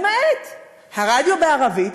למעט הרדיו בערבית.